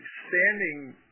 standing